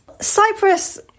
Cyprus